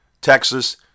Texas